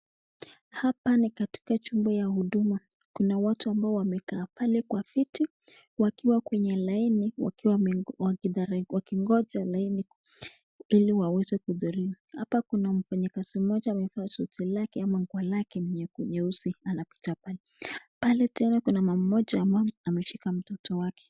Hapa ni katika chumba ya huduma kuna watu ambao wamekaa pale kwa viti wakiwa kwenye laini wakiwa wakingoja laini ili waweze kuhudhuriwa, Hapa kuna mfanyikazi moja amevaa suti lake au nguo lake la nyeusi anapita pale, Pale tena kuna mama mmoja ambao ameshika mtoto wake.